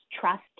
trust